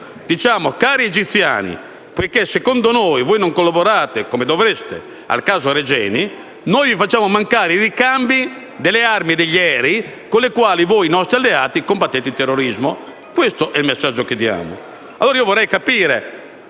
tipo: cari egiziani, siccome secondo noi non collaborate, come dovreste, al caso Regeni, vi facciamo mancare i ricambi delle armi e degli aerei con i quali voi, nostri alleati, combattete il terrorismo. Questo è il messaggio che diamo.